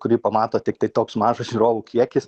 kurį pamato tiktai toks mažas žiūrovų kiekis